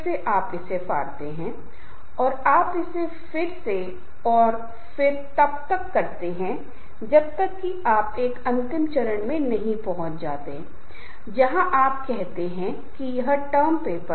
कई बार लोग कहते हैं कि हाँ ये चीज़ें समूह में बहुत महत्वपूर्ण हैं जो संचार है लेकिन आप जानते हैं कि संचार प्रभावी हो सकता है सफल हो सकता है